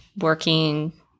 working